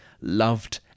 loved